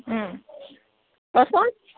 কচোন